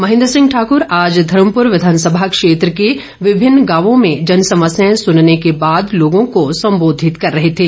महेन्द्र सिंह ठाकर आज धर्मपूर विधानसभा क्षेत्र के विभिन्न गांवों में जनसमस्याएं सुनने के बाद लोगों को संबोधित कर रहे थें